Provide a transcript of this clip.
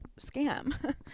scam